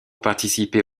participer